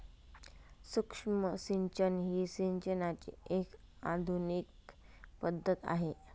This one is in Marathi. सूक्ष्म सिंचन ही सिंचनाची एक आधुनिक पद्धत आहे